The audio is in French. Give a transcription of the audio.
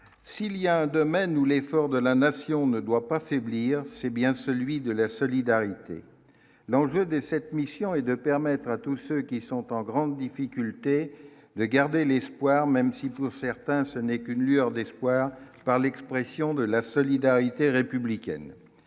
s'il y a un domaine où l'effort de la nation ne doit pas faiblir, c'est bien celui de la solidarité, donc j'ai de cette mission est de permettre à tous ceux qui sont en grande difficulté de garder l'espoir, même si vous certains ce n'est qu'une lueur d'espoir par l'expression de la solidarité républicaine,